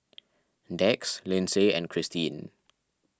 Dax Lyndsay and Christeen